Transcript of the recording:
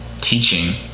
teaching